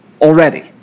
already